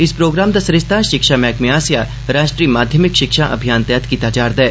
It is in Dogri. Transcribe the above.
इस प्रोग्राम दा सरीस्ता शिक्षा मैहकमें आससेआ राष्ट्रीय माध्यमिक शिक्षा अभियान तैहत कीता जा'रदा ऐ